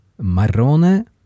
Marrone